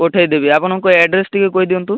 ପଠେଇଦେବି ଆପଣଙ୍କର ଆଡ଼୍ରେସ୍ ଟିକେ କହି ଦିଅନ୍ତୁ